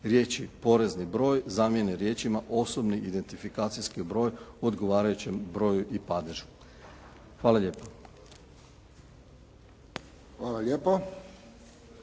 riječi porezni broj zamijene riječima osobni identifikacijski broj u odgovarajućem broju i padežu. Hvala lijepo. **Friščić,